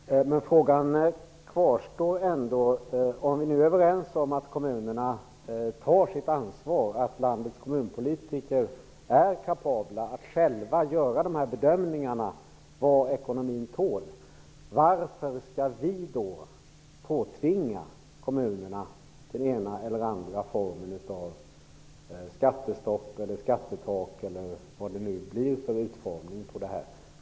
Herr talman! Frågan kvarstår. Om vi är överens om att kommunerna tar sitt ansvar, att landets kommunpolitiker är kapabla att själva göra bedömningarna om vad ekonomin tål, varför skall vi då påtvinga kommunerna den ena eller den andra formen av skattestopp eller skattetak?